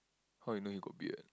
how you know he got beard